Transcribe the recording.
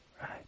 right